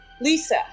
Lisa